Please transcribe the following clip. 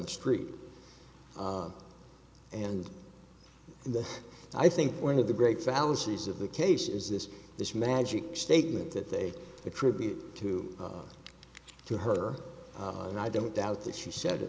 the street and i think one of the great salaries of the case is this this magic statement that they attribute to to her and i don't doubt that she said